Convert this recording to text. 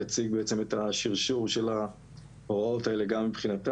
את השירשור של ההוראות האלה גם מבחינתם.